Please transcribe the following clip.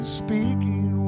speaking